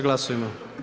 Glasujmo.